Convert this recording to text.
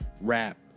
rap